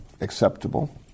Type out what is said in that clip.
acceptable